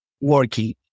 working